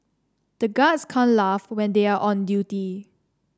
the guards can't laugh when they are on duty